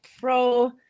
pro